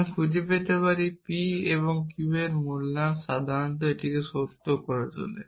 আমি খুঁজে পেতে পারি p এবং q এর মূল্যায়ন সাধারণত এটিকে সত্য করে তোলে